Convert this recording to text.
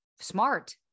smart